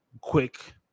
quick